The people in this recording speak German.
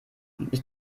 ich